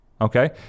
okay